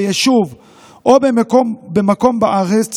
ביישוב או במקום בארץ